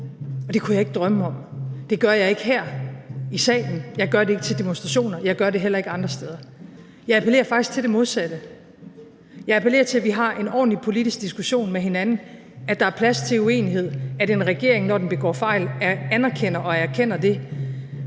og det kunne jeg ikke drømme om, det gør jeg ikke her i salen, jeg gør det ikke til demonstrationer, jeg gør det heller ikke andre steder. Jeg appellerer faktisk til det modsatte. Jeg appellerer til, at vi har en ordentlig politisk diskussion med hinanden, at der er plads til uenighed, at en regering, når den begår fejl, anerkender og erkender det,